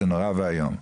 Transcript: זה נורא ואיום.